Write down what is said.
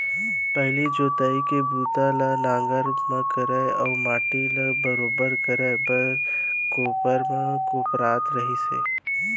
पहिली जोतई के बूता ल नांगर म करय अउ माटी ल बरोबर करे बर कोपर म कोपरत रहिन